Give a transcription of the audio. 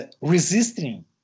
resisting